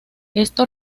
esto